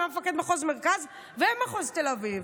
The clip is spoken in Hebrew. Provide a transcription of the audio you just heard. הוא היה מפקד מחוז מרכז ומחוז תל אביב.